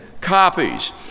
copies